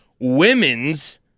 women's